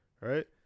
right